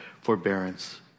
forbearance